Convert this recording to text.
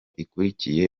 ikurikiye